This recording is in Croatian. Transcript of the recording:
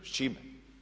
S čime?